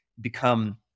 become